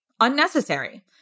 unnecessary